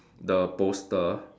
the poster